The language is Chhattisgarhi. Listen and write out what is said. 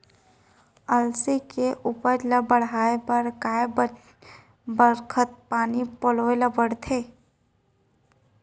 अलसी के उपज ला बढ़ए बर कय बखत पानी पलोय ल पड़थे?